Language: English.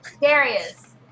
Darius